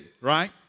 right